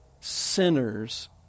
sinners